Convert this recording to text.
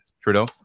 Trudeau